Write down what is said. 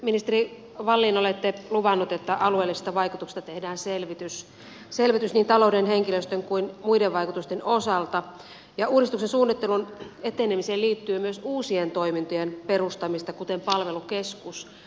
ministeri wallin olette luvannut että alueellisesta vaikutuksesta tehdään selvitys niin talouden henkilöstön kuin muiden vaikutusten osalta ja uudistuksen suunnittelun etenemiseen liittyy myös uusien toimintojen perustamista kuten palvelukeskus